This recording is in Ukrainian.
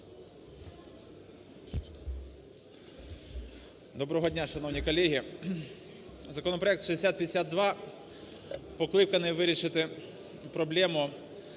Доброго дня, шановні колеги! Законопроект 6052 покликаний вирішити проблему,